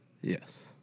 Yes